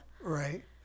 right